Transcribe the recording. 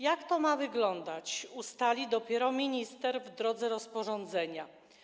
Jak ma to wyglądać, ustali dopiero minister w drodze rozporządzenia.